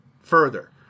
further